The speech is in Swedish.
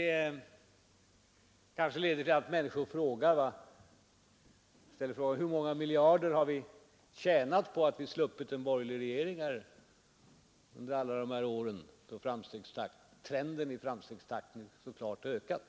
Men han bör vara försiktig med en sådan sifferexercis också därför att den kanske leder till att människor frågar hur många miljarder man tjänat på att man sluppit en borgerlig regering under alla de år då trenden i framstegstakten så klart ökat.